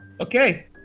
Okay